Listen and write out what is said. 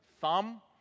thumb